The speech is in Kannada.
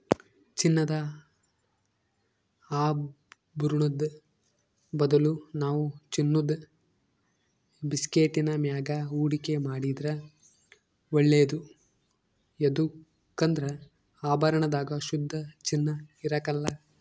ಚಿನ್ನದ ಆಭರುಣುದ್ ಬದಲು ನಾವು ಚಿನ್ನುದ ಬಿಸ್ಕೆಟ್ಟಿನ ಮ್ಯಾಗ ಹೂಡಿಕೆ ಮಾಡಿದ್ರ ಒಳ್ಳೇದು ಯದುಕಂದ್ರ ಆಭರಣದಾಗ ಶುದ್ಧ ಚಿನ್ನ ಇರಕಲ್ಲ